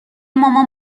مامان